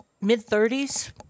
mid-30s